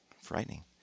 Frightening